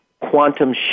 quantum